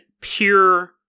pure